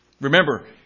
Remember